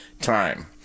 time